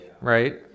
right